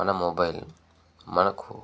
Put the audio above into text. మన మొబైల్ మనకు